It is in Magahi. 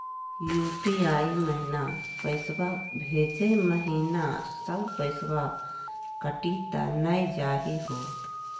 यू.पी.आई महिना पैसवा भेजै महिना सब पैसवा कटी त नै जाही हो?